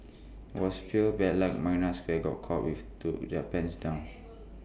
IT was pure bad luck marina square got caught with to their pants down